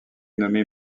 nommé